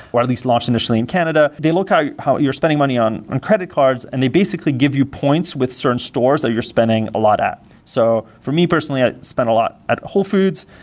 or at least launched initially in canada. they look how how you're spending money on and credit cards and they basically give you points with certain stores that you're spending a lot at. so for me, personally, i spend a lot at whole foods.